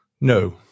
no